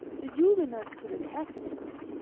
the huguenots to the catholics